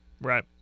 Right